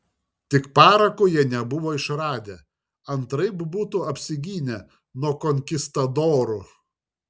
tik parako jie nebuvo išradę antraip būtų apsigynę nuo konkistadorų